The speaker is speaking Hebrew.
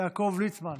יעקב ליצמן,